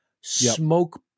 smoke